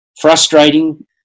frustrating